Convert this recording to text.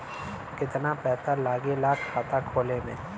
कितना पैसा लागेला खाता खोले में?